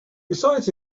besides